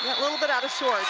little bit out of sort of